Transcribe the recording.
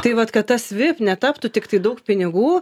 tai vat kad tas vip netaptų tiktai daug